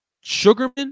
Sugarman